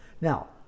Now